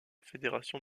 fédération